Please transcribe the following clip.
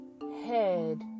head